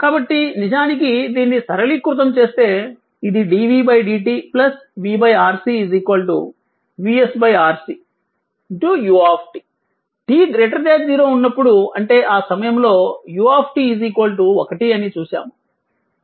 కాబట్టి నిజానికి దీన్ని సరళీకృతం చేస్తే ఇది dvdt vRC VsRC u t 0 ఉన్నప్పుడు అంటే ఆ సమయంలో u 1 అని చూశాము